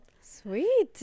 Sweet